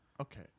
Okay